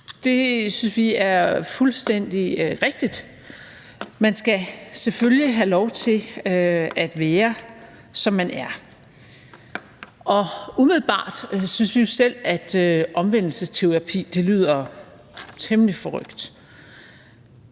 Det synes vi er fuldstændig rigtigt. Man skal selvfølgelig have lov til at være, som man er. Og umiddelbart synes vi selv, at omvendelsesterapi lyder temmelig forrykt.